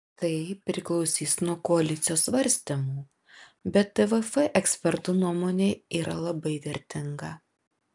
tai priklausys nuo koalicijos svarstymų bet tvf ekspertų nuomonė yra labai vertinga